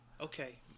Okay